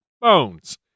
bones